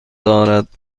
دارد